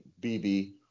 BB